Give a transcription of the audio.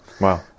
wow